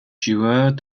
joueurs